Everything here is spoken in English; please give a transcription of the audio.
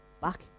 back